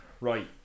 Right